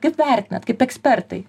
kaip vertinat kaip ekspertai